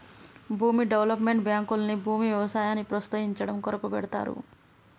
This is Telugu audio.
భూమి డెవలప్మెంట్ బాంకుల్ని భూమి వ్యవసాయాన్ని ప్రోస్తయించడం కొరకు పెడ్తారు